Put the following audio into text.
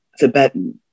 Tibetan